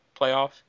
playoff